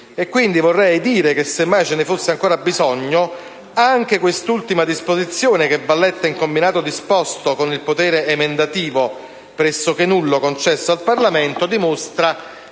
evidente. Vorrei dire, se mai ce ne fosse ancora bisogno, che anche quest'ultima disposizioni, che va letta in combinato disposto con il potere emendativo pressoché nullo concesso al Parlamento, dimostra